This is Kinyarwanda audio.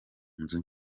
nzu